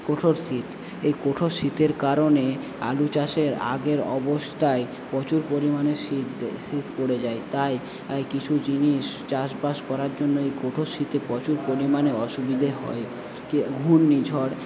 কঠোর শীত এই কঠোর শীতের কারণে আলু চাষের আগের অবস্থায় প্রচুর পরিমাণে শীত শীত পড়ে যায় তাই কিছু জিনিস চাষবাস করার জন্য এই কঠোর শীতে প্রচুর পরিমাণে অসুবিধে হয় ঘূর্ণিঝড়